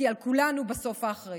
כי על כולנו בסוף האחריות.